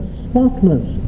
spotless